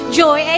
joy